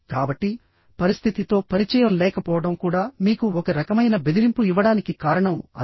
కాబట్టి పరిస్థితితో పరిచయం లేకపోవడం కూడా మీకు ఒక రకమైన బెదిరింపును ఇవ్వడానికి కారణం అదే